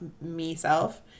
me-self